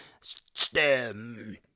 STEM